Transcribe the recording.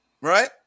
Right